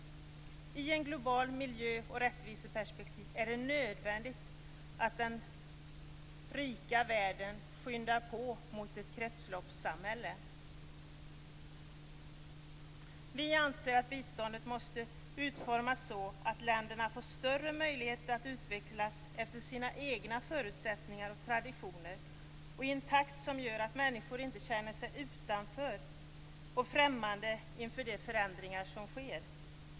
I en global miljö och ur ett rättviseperspektiv är det nödvändigt att den rika världen skyndar på mot ett kretsloppssamhälle. Vi anser att biståndet måste utformas så att länderna får större möjlighet att utvecklas efter sina egna förutsättningar och traditioner och i en takt som gör att människor inte känner sig utanför och främmande inför de förändringar som sker.